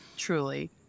truly